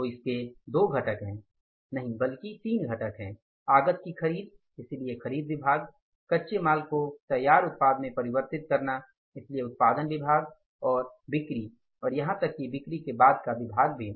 तो इसके दो घटक हैं बल्कि तीन घटक हैं आगत की खरीद इसलिए खरीद विभाग कच्चे माल को तैयार उत्पाद में परिवर्तित करना इसलिए उत्पादन विभाग और फिर बिक्री और यहां तक कि बिक्री के बाद का विभाग भी